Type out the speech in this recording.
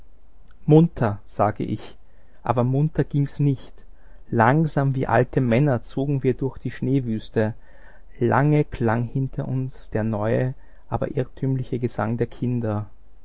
sagte ich aber munter ging's nicht langsam wie alte männer zogen wir durch die schneewüste lange klang hinter uns der neue aber irrtümliche gesang der kinder